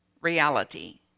Reality